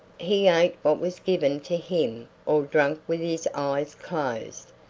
he ate what was given to him or drank with his eyes closed,